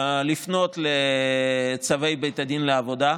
לפנות לצווי בית הדין לעבודה,